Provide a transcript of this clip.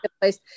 place